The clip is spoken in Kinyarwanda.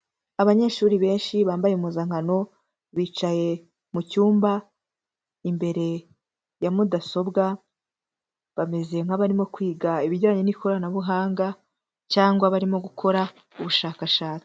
Abanyeshuri benshi bambaye impuzankano bicaye mu cyumba imbere ya mudasobwa, bameze nk'abarimo kwiga ibijyanye n'ikoranabuhanga cyangwa barimo gukora ubushakashatsi.